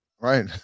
Right